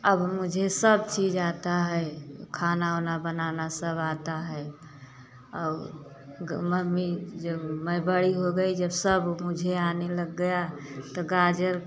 अब मुझे सब चीज आता है खाना ओना बनाना सब आता है और मम्मी जब मैं बड़ी हो गई जब सब मुझे आने लग गया तो गाजर